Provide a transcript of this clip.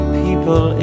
people